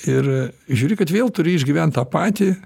ir žiūri kad vėl turi išgyvent tą patį